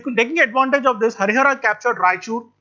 um taking advantage of this, harihara captured raichur,